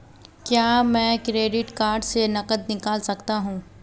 क्या मैं credit card से नकद निकाल सकता हूँ?